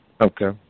Okay